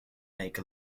make